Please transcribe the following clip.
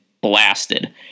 blasted